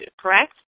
correct